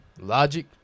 Logic